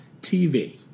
tv